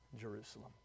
Jerusalem